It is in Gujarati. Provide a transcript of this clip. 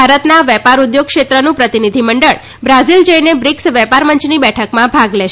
ભારતના વેપાર ઉદ્યેગ ક્ષેત્રનું પ્રતિનિધિમંડળ બ્રાઝીલ જઈને બ્રિક્સ વેપાર મંચની બેઠકમાં ભાગ લેશે